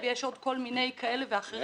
בקפה, ויש עוד כל מיני כאלה ואחרים.